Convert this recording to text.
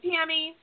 Tammy